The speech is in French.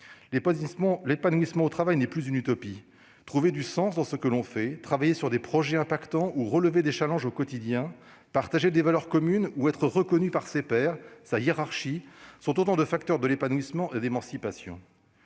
L'épanouissement au travail n'est plus une utopie. Trouver du sens dans ce que l'on fait, travailler sur des projets impactants ou relever des challenges au quotidien, partager des valeurs communes ou être reconnu par ses pairs et sa hiérarchie sont autant de facteurs d'épanouissement et d'émancipation.